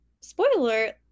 spoiler